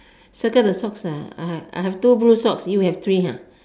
circle the socks ah I have two blue socks you have three ha